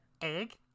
Egg